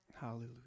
Hallelujah